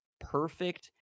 perfect